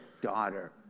daughter